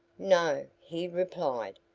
no, he replied,